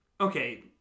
Okay